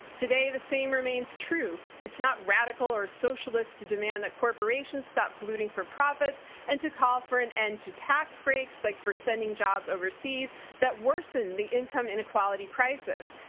today, the same remains true. it's not radical or socialist to demand that corporation stop polluting for profits and to call for an end to tax breaks like for sending jobs overseas that worsen the income inequality crisis.